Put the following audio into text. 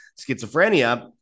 schizophrenia